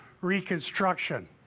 reconstruction